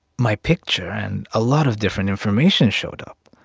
my picture and a lot of different information showed up.